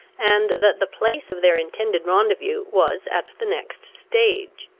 and that the place of their intended rendezvous was at the next stage.